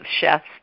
chefs